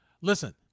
Listen